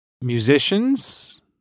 musicians